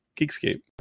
Geekscape